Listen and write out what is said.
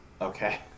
Okay